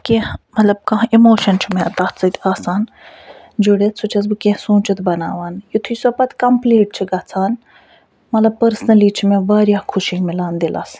کیٚنٛہہ مطلب کانٛہہ اِموشن چھِ تتھ سۭتۍ آسان جُڈتھ سُہ چھَس بہٕ کیٚنٛہہ سوٗنٛچِتھ بناوان یُتھٕے سۄ پتہٕ کمپٕلیٖٹ چھِ گَژھان مطلب پٔرسنٔلی چھِ مےٚ وارِیاہ خوشی مِلان دِلس